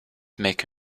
make